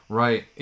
right